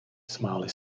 smáli